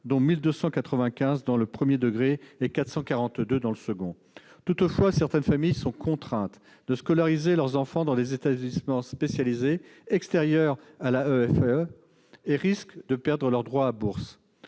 : 1 295 dans le premier degré et 442 dans le second. Toutefois, certaines familles sont contraintes de scolariser leurs enfants dans des établissements spécialisés extérieurs à l'AEFE et risquent de perdre leurs droits à bourse.